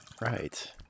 Right